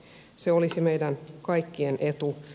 se olisi meidän kaikkien etu